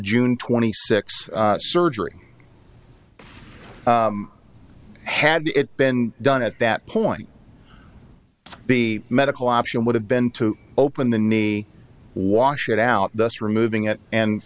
june twenty sixth surgery had it been done at that point the medical option would have been to open the knee wash it out thus removing it and